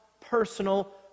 personal